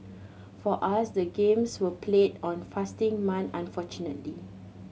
for us the games were played on fasting month unfortunately